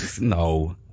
no